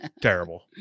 Terrible